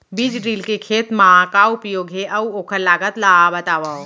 बीज ड्रिल के खेत मा का उपयोग हे, अऊ ओखर लागत ला बतावव?